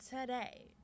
today